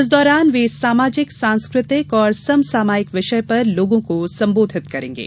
इस दौरान वे सामाजिक सांस्कृतिक और समसामायिक विषय पर लोगों को संबोधित करेंगे